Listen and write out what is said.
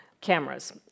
cameras